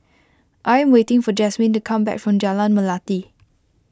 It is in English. I am waiting for Jazmin to come back from Jalan Melati